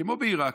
כמו בעיראק,